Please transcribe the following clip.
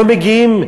שלא מגיעים,